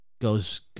goes